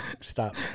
Stop